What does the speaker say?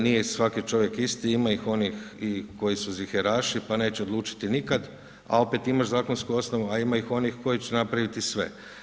Nije svaki čovjek isti, ima ih onih koji su ziheraši, pa neće odlučiti nikad, a opet imaš zakonsku osnovnu, a ima i onih koji će napraviti sve.